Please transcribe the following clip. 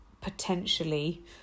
potentially